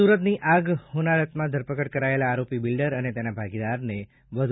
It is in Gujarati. સુરતની આગ હોનારતમાં ધરપકડ કરાયેલા આરોપી બિલ્ડર અને તેના ભાગીદારને વધુ